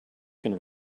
can